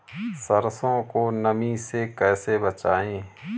सरसो को नमी से कैसे बचाएं?